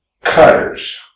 cutters